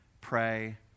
pray